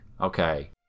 okay